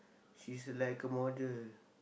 she's like a model